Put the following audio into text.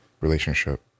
relationship